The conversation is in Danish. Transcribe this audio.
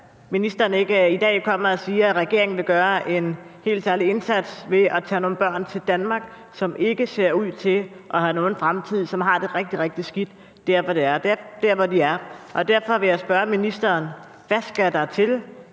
ministeren ikke i dag kommer og siger, at regeringen vil gøre en helt særlig indsats ved at tage nogle børn til Danmark, som ikke ser ud til at have nogen fremtid, og som har det rigtig, rigtig skidt der, hvor de er. Derfor vil jeg spørge ministeren: Hvad skal der til,